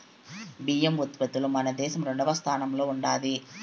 బియ్యం ఉత్పత్తిలో మన దేశం రెండవ స్థానంలో ఉండాది